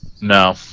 No